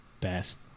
best